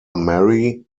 mary